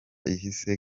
ihise